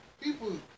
people